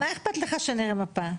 מה אכפת לך שנראה מפה?